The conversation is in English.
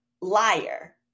liar